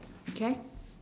okay